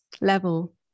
level